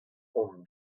hon